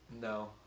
No